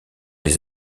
les